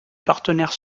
partenaires